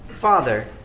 Father